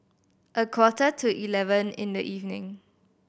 a quarter to eleven in the evening